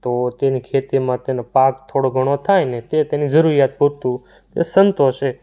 તો તેની ખેતીમાં તેને પાક થોડો ઘણો થાય ને તે તેની જરૂરીયાત પૂરતું એ સંતોષે